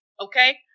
okay